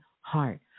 heart